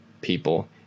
people